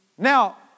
Now